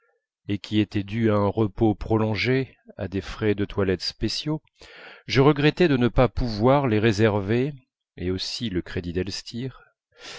et qui était dus à un repos prolongé à des frais de toilette spéciaux je regrettai de ne pas pouvoir les réserver et aussi le crédit